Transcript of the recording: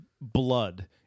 blood